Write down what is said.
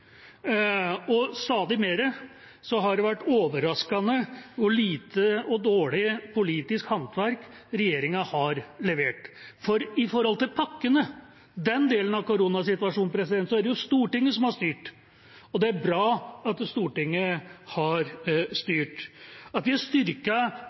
og det har vært stadig mer overraskende hvor lite og dårlig politisk håndverk regjeringa har levert. For når det gjelder pakkene, den delen av koronasituasjonen, er det Stortinget som har styrt. Og det er bra at Stortinget har